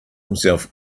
himself